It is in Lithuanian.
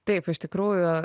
taip iš tikrųjų